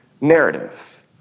narrative